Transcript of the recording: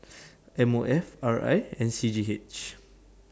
M O F R I and C G H